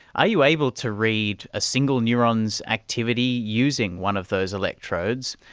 are you able to read a single neuron's activity using one of those electrodes,